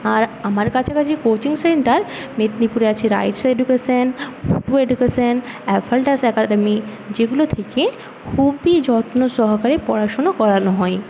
আর আমার কাছাকাছি coaching centre মেদিনীপুরে আছে রাইস এডুকেসান এডুকেসান যেগুলো থেকে খুবই যত্ন সহকারে পড়াশোনা করানো হয়